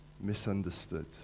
misunderstood